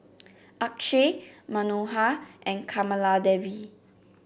Akshay Manohar and Kamaladevi